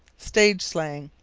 stage slang.